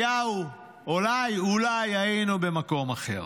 אולי אולי היינו במקום אחר.